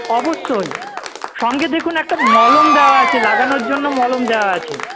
অবশ্যই সঙ্গে দেখুন একটা মলম দেওয়া আছে লাগানোর জন্য মলম দেওয়া আছে